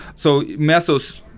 so, mesos,